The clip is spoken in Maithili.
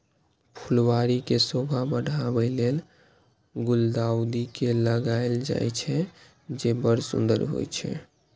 फुलबाड़ी के शोभा बढ़ाबै लेल गुलदाउदी के लगायल जाइ छै, जे बड़ सुंदर होइ छै